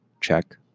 check